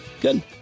good